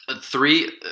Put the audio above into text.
three –